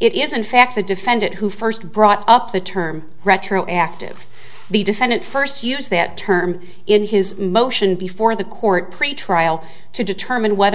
it is in fact the defendant who first brought up the term retroactive the defendant first use that term in his motion before the court pretrial to determine whether or